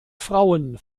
frauen